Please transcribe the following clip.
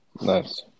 Nice